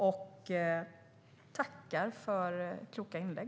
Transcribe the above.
Jag tackar för kloka inlägg.